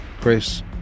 Chris